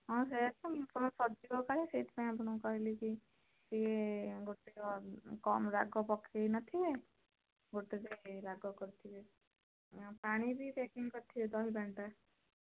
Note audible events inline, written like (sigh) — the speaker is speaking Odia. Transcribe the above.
ହଁ ସେଇଆ ତ (unintelligible) ସରିଯିବ କାଳେ ସେଇଥିପାଇଁ ଆପଣଙ୍କୁ କହିଲିକି ଇଏ ଗୋଟିକ କମ୍ ରାଗ ପକାଇନଥିବେ ଗୋଟେରେ ରାଗ କରିଥିବେ ଆଉ ପାଣିବି ପ୍ୟାକିଂ କରିଥିବେ ଦହି ପାଣିଟା